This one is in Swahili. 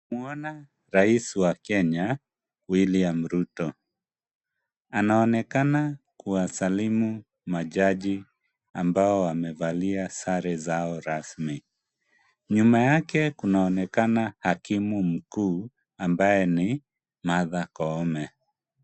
Namuona rais wa Kenya William Ruto anaonekana kuwasalimu majaji ambao wamevalia sare zao rasmi. Nyuma yake kunaonekana hakimu mkuu ambaye ni Martha Koome.